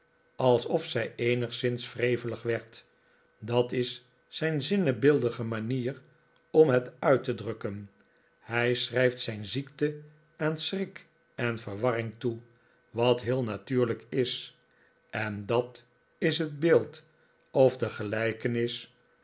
alsof zij eenigszins wrevelig werd dat is zijn zinnebeeldige manier om het uit te drukken hij schrijft zijn ziekte aan schrik en verwarring toe wat heel natuurlijk is en dat is het beeld of de gelijkenis